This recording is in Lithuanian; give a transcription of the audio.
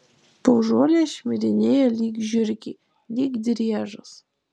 po žolę šmirinėja lyg žiurkė lyg driežas